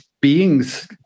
beings